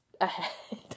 ahead